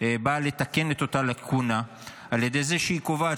באה לתקן את אותה לקונה על ידי זה שהיא קובעת